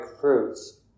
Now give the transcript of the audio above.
fruits